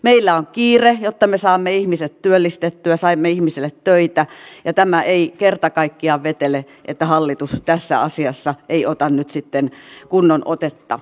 meillä on kiire jotta me saamme ihmiset työllistettyä saamme ihmisille töitä ja tämä ei kerta kaikkiaan vetele että hallitus tässä asiassa ei ota nyt sitten kunnon otetta